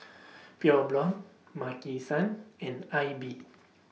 Pure Blonde Maki San and AIBI